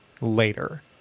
later